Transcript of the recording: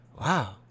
wow